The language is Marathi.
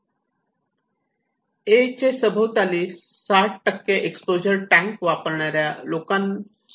'ए' चे सभोवताली 60 एक्सपोजर टँक वापरणाऱ्या लोकांसोबत आहे